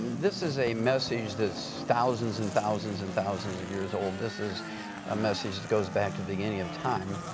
this is a message that's thousands and thousands and thousands of years old. this is a message that goes back to the beginning of time,